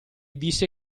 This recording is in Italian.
disse